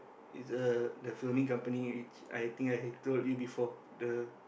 is a the filming company I think I told you before the